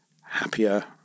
happier